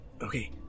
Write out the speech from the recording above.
Okay